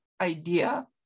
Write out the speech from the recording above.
idea